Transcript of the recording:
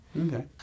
Okay